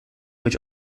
być